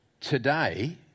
today